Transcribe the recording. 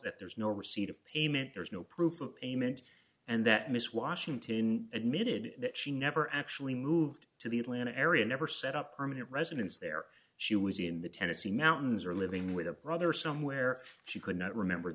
that there's no receipt of payment there's no proof of payment and that miss washington admitted that she never actually moved to the atlanta area never set up a permanent residence there she was in the tennessee mountains or living with her brother somewhere she could not remember